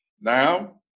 Now